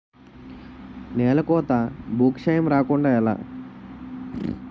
నేలకోత భూక్షయం రాకుండ ఎలా?